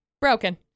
broken